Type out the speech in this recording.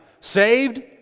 Saved